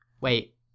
Wait